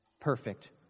perfect